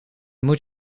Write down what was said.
moet